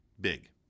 big